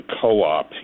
co-op